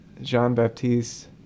Jean-Baptiste